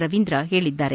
ರವೀಂದ್ರ ಹೇಳಿದ್ದಾರೆ